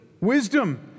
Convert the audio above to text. wisdom